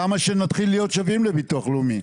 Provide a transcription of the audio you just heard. למה שנתחיל להיות שווים לביטוח לאומי?